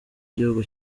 igihugu